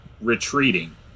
retreating